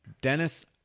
Dennis